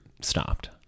stopped